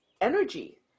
energy